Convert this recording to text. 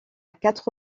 quatre